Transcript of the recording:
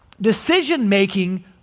decision-making